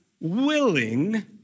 willing